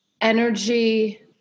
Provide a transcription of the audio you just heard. energy